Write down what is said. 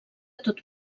tot